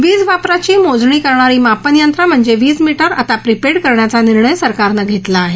वीज वापराची मोजणी करणारी मापनयंत्रं म्हणजेच वीजमीटर आता प्रिपेड करण्याचा निर्णय सरकारनं घेतला आहे